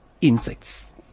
insects